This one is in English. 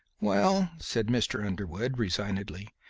well, said mr. underwood, resignedly,